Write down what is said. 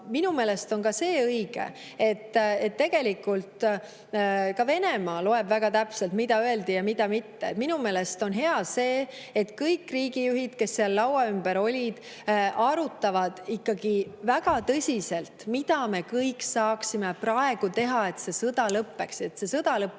Minu meelest on ka see õige, et tegelikult ka Venemaa loeb väga täpselt, mida öeldi ja mida mitte. Minu meelest on hea see, et kõik riigijuhid, kes seal laua ümber olid, arutavad ikkagi väga tõsiselt, mida me kõik saaksime praegu teha, et see sõda lõppeks